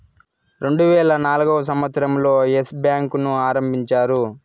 రెండువేల నాల్గవ సంవచ్చరం లో ఎస్ బ్యాంకు ను ఆరంభించారు